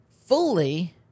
fully